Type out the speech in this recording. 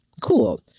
Cool